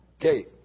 Okay